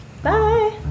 Bye